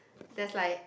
that's like